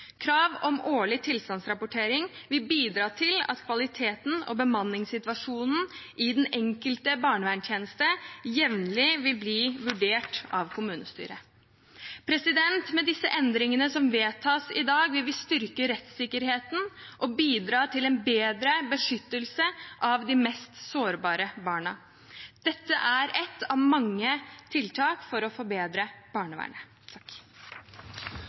Krav om årlig tilstandsrapportering vil bidra til at kvaliteten og bemanningssituasjonen i den enkelte barnevernstjeneste jevnlig vil bli vurdert av kommunestyret. Med de endringene som vedtas i dag, vil vi styrke rettssikkerheten og bidra til en bedre beskyttelse av de mest sårbare barna. Dette er ett av mange tiltak for å forbedre barnevernet.